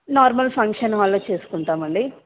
normal function హాల్లో చేసుకుంటాం అండి